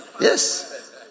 Yes